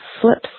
slips